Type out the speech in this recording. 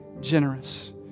generous